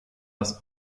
das